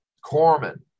Corman